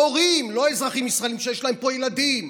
הורים לא אזרחים ישראלים שיש להם פה ילדים,